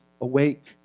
awake